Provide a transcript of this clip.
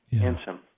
handsome